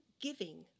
giving